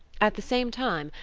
at the same time,